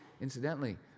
Incidentally